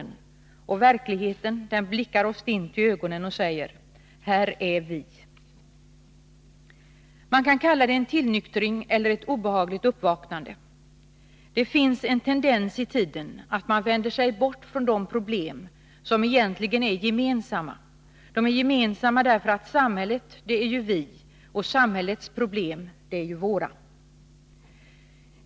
Verkligheten blickar oss stint i ögonen och säger: Här är vi. Man kan kalla det en tillnyktring eller ett obehagligt uppvaknande. Det finns en tendens i tiden att man vänder sig bort från de problem som egentligen är gemensamma, därför att samhället ju är vi, och samhällets problem ju är våra.